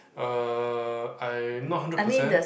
uh I not hundred percent